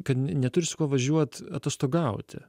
kad neturi su kuo važiuot atostogauti